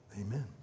Amen